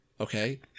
okay